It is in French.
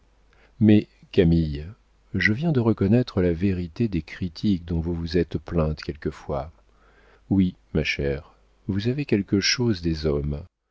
mais camille je viens de reconnaître la vérité des critiques dont vous vous êtes plainte quelquefois oui ma chère vous avez quelque chose des hommes